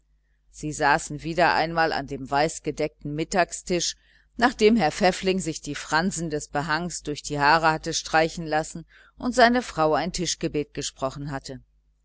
sie saßen wieder einmal an dem weiß gedeckten mittagstisch nachdem herr pfäffling sich die fransen der portiere hatte durch die haare streichen lassen und seine frau ein tischgebet gesprochen hatte